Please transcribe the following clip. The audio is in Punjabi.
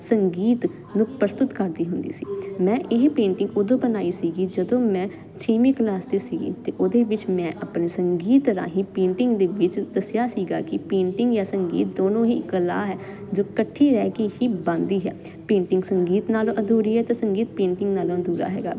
ਸੰਗੀਤ ਨੂੰ ਪ੍ਰਸਤੂਤ ਕਰਦੀ ਹੁੰਦੀ ਸੀ ਮੈਂ ਇਹ ਪੇਂਟਿੰਗ ਉਦੋਂ ਬਣਾਈ ਸੀਗੀ ਜਦੋਂ ਮੈਂ ਛੇਵੀਂ ਕਲਾਸ 'ਚ ਸੀਗੀ ਤੇ ਉਹਦੇ ਵਿੱਚ ਮੈਂ ਆਪਣੇ ਸੰਗੀਤ ਰਾਹੀਂ ਪੇਂਟਿੰਗ ਦੇ ਵਿੱਚ ਦੱਸਿਆ ਸੀਗਾ ਕੀ ਪੇਂਟਿੰਗ ਜਾਂ ਸੰਗੀਤ ਦੋਨੋਂ ਹੀ ਕਲਾ ਹੈ ਜੋ ਕੱਠੀ ਰਹਿ ਕੇ ਹੀ ਬਣਦੀ ਹੈ ਪੇਂਟਿੰਗ ਸੰਗੀਤ ਨਾਲੋਂ ਅਧੂਰੀ ਹੈ ਤੇ ਸੰਗੀਤ ਪੇਂਟਿੰਗ ਨਾਲੋਂ ਅਧੂਰਾ ਹੈਗਾ